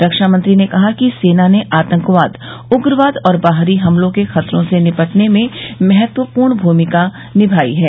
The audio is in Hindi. रक्षा मंत्री कहा कि सेना ने आतंकवाद उग्रवाद और बाहरी हमलों के खतरों से निपटने में महत्वपूर्ण भूमिका निभाई है